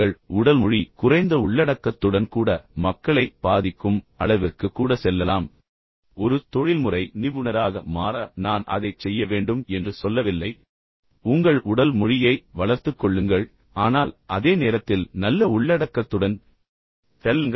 எனவே உடல் மொழி குறைந்த உள்ளடக்கத்துடன் கூட மக்களை பாதிக்கும் அளவிற்கு கூட செல்லலாம் ஆனால் ஒரு தொழில்முறை நிபுணராக மாற நான் அதைச் செய்ய வேண்டும் என்று சொல்லவில்லை நீங்கள் உங்கள் உடல் மொழியை வளர்த்துக் கொள்ளுங்கள் ஆனால் அதே நேரத்தில் நல்ல உள்ளடக்கத்துடன் செல்லுங்கள்